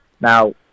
Now